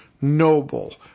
noble